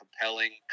compelling